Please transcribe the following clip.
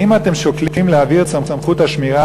האם אתם שוקלים להעביר את סמכות השמירה